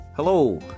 Hello